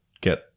get